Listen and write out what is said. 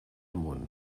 món